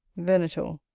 venator.